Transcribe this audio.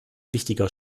wichtiger